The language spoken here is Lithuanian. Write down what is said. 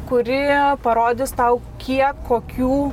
kuri parodys tau kiek kokių